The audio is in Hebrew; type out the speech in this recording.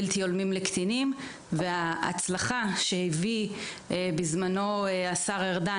בלתי-הולמים לקטינים וההצלחה שהביא בזמנו השר ארדן